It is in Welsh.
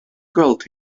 gweld